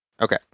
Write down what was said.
Okay